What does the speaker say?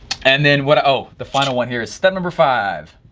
and then what oh, the final one here is step number five,